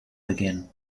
begin